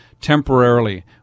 temporarily